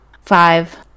Five